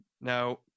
Now